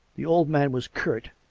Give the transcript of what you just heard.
the old man was curt,